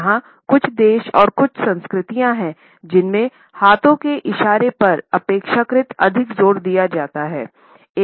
यहाँ कुछ देश और कुछ संस्कृतियाँ हैं जिनमें हाथों के इशारे पर अपेक्षाकृत अधिक जोर दिया जाता है